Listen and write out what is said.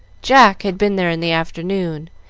jack had been there in the afternoon,